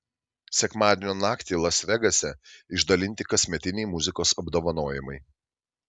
sekmadienio naktį las vegase išdalinti kasmetiniai muzikos apdovanojimai